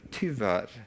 tyvärr